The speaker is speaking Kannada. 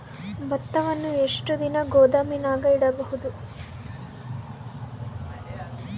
ಭತ್ತವನ್ನು ಎಷ್ಟು ದಿನ ಗೋದಾಮಿನಾಗ ಇಡಬಹುದು?